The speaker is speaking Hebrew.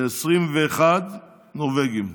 30 נורבגים.